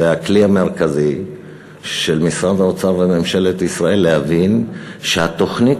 זה הכלי המרכזי של משרד האוצר וממשלת ישראל להבין שהתוכנית